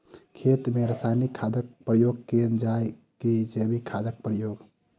खेत मे रासायनिक खादक प्रयोग कैल जाय की जैविक खादक प्रयोग?